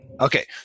Okay